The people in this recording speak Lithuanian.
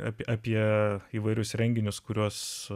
apie apie įvairius renginius kuriuos